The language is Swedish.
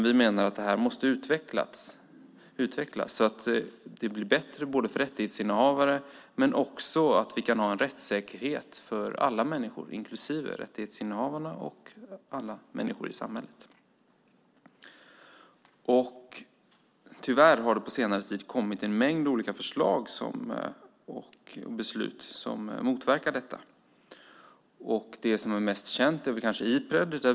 Vi menar att dessa måste utvecklas så att det blir bättre för rättighetsinnehavare och att det finns en rättssäkerhet för alla människor i samhället, inklusive rättighetsinnehavarna. Tyvärr har det på senare tid kommit en mängd förslag och beslut som motverkar detta. Det som är mest känt är Ipred.